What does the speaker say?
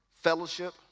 fellowship